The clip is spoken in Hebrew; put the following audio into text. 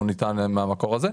הוא ניתן מהמקור הזה.